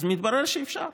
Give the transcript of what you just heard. אז מתברר שאפשר.